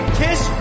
kiss